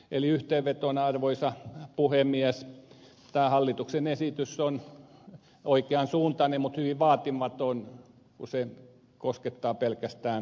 eli yhteenvetona arvoisa puhemies tämä hallituksen esitys on oikean suuntainen mutta hyvin vaatimaton kun se koskettaa pelkästään